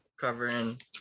covering